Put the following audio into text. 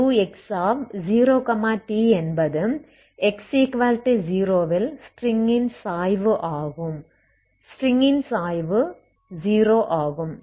ux0t என்பது x0 ல் string -ன் சாய்வு என்பது 0 ஆகும்